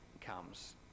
comes